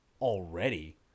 already